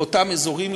באותם אזורים,